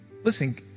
Listen